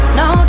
no